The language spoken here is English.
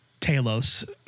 Talos